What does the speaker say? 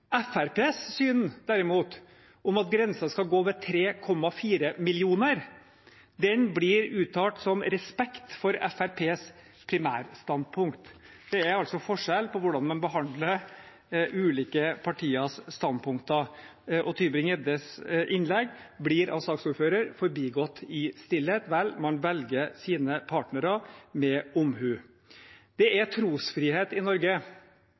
syn. Fremskrittspartiets syn, derimot, om at grensen skal gå ved 3,4 millioner, blir omtalt som respekt for Fremskrittspartiets primærstandpunkt. Det er altså forskjell på hvordan man behandler ulike partiers standpunkter. Tybring-Gjeddes innlegg blir av saksordføreren forbigått i stillhet – vel, man velger sine partnere med omhu. Det er trosfrihet i Norge,